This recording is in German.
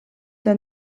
der